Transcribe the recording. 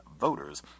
voters